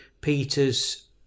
Peter's